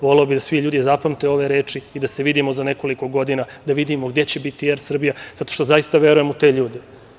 Voleo bih da svi ljudi zapamte ove reči i da se vidimo za nekoliko godina, da vidimo gde će biti „Er Srbija“, zato što zaista verujem u te ljude.